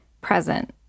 present